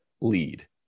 lead